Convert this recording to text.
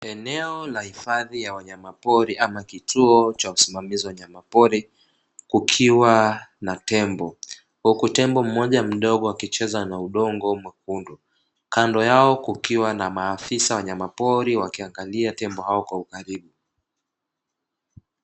Eneo la hifadhi ya wanyama pori ama kituo cha usimamizi wa wanyama pori kukiwa na tembo. Huku tembo mmoja mdogo akicheza na udongo mwekundu, kando yao kukiwa na maafisa wanyama pori wakiangalia tembo hao kwa ukaribu.